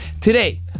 Today